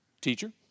teacher